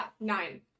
nine